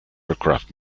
aircraft